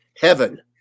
heaven